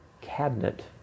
cabinet